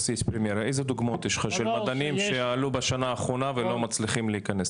איזה דוגמאות יש לך של מדענים שעלו בשנה האחרונה ולא מצליחים להיכנס?